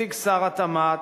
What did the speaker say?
נציג שר התמ"ת